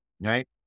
right